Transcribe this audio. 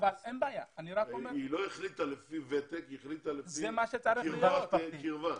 היא לא החליטה לפי ותק אלא היא החליטה לפי קרבה.